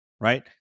right